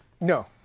No